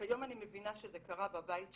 וכיום אני מבינה שזה קרה בבית שלי.